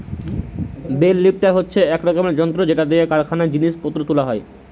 bell lifter হচ্ছে এক রকমের যন্ত্র যেটা দিয়ে কারখানায় জিনিস পত্র তুলা হয়